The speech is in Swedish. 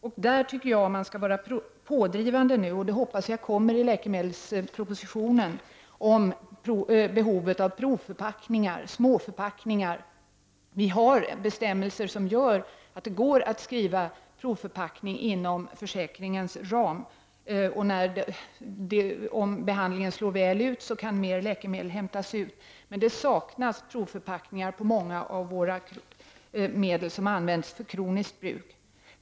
Jag anser att regeringen skall vara pådrivande i denna fråga. Och jag hoppas att behovet av provförpackningar och små förpackningar kommer att tas upp i den kommande läkemedelspropositionen. Det finns bestämmelser som gör det möjligt att förskriva provförpackningar inom försäkringens ram. Om behandlingen av en patient som får en provförpackning slår väl ut kan han eller hon hämta ut mer läkemedel. Det saknas emellertid provförpackningar för många läkemedel som används för kroniskt bruk.